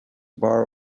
bar